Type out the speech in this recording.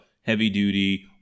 heavy-duty